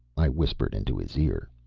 i whispered into his ear.